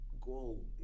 goal